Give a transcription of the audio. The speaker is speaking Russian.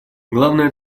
главная